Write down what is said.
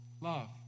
Love